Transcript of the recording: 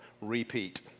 Repeat